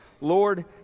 Lord